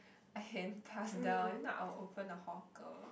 I have passed down I'll open a hawker